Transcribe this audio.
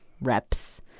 reps